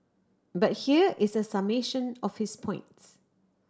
but here is a summation of his points